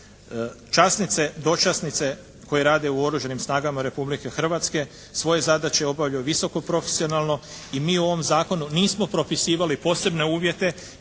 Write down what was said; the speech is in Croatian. Časnice, dočasnice koje rade u Oružanim snagama Republike Hrvatske svoje zadaće obavljaju visoko profesionalno i mi u ovom zakonu nismo propisivali posebne uvjete